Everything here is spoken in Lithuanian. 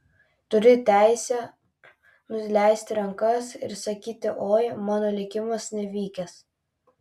turi teisę nuleisti rankas ir sakyti oi mano likimas nevykęs